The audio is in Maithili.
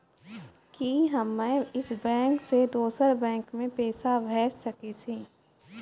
कि हम्मे इस बैंक सें दोसर बैंक मे पैसा भेज सकै छी?